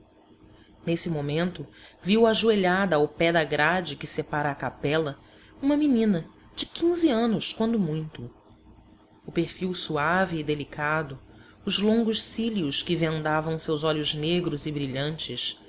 nesse momento viu ajoelhada ao pé da grade que separa a capela uma menina de quinze anos quando muito o perfil suave e delicado os longos cílios que vendavam seus olhos negros e brilhantes